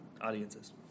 audiences